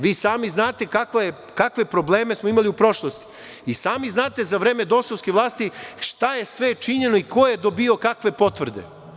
Vi sami znate kakve probleme smo imali u prošlosti i sami znate za vreme dosovske vlasti šta je sve činjeno i ko je dobijao kakve potvrde.